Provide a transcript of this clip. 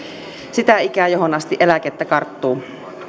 sitä ikää johon asti eläkettä karttuu